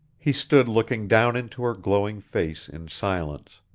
he stood looking down into her glowing face in silence.